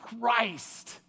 Christ